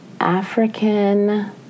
African